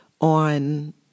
on